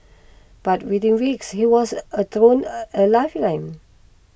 but within weeks he was a thrown a lifeline